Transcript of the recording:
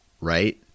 right